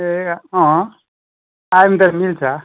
ए आयो भने त मिल्छ